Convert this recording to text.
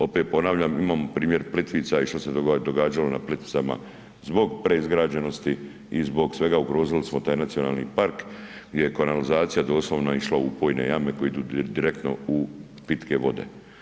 Opet ponavljam, imamo primjer Plitvica i što se događalo na Plitvicama zbog preizgrađenosti i zbog svega ugrozili smo taj nacionalni park gdje je kanalizacija doslovno išla u pojedine jame koje idu direktno u pitke vode.